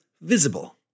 visible